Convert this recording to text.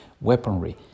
weaponry